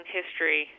history